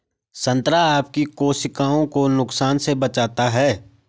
संतरा आपकी कोशिकाओं को नुकसान से बचाता है